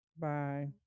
Bye